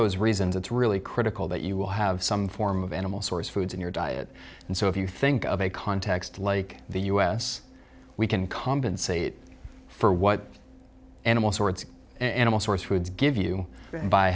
those reasons it's really critical that you will have some form of animal source foods in your diet and so if you think of a context like the us we can compensate for what animal sorts of animal source would give you